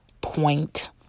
point